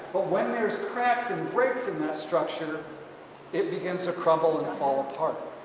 but when there's cracks and breaks in this structure it begins to crumble and fall apart.